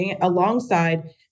alongside